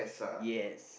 yes